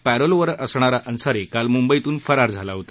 पॅरोलवर असणारा अन्सारी काल म्ंबईतून फरार झाला होता